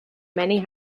many